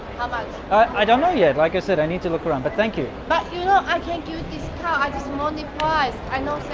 but i don't know yet. like i said i need to look around, but thank you but you know i can't you see prize money prize. i know